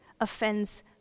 offends